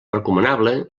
recomanable